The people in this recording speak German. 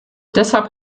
deshalb